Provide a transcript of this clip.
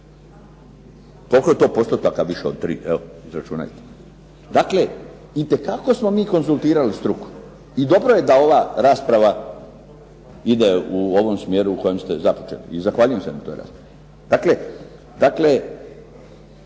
Koliko je to postotaka više od 3 evo izračunajte. Dakle, itekako smo mi konzultirali struku i dobro je da ova rasprava ide u ovom smjeru u kojem ste započeli i zahvaljujem se na toj raspravi. Dakle,